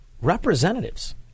representatives